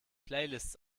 playlists